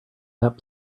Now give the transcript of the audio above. that